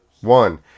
One